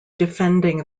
defending